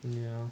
ya